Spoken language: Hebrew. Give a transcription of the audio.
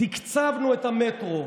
תקצבנו את המטרו,